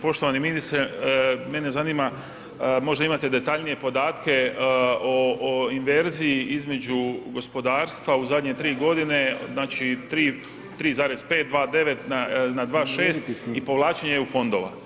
Poštovani ministre, mene zanima, možda imate detaljnije podatke o inverziji između gospodarstva u zadnje 3 godine, znači 3,5, 2,9 na 2,6 i povlačenje eu fondova.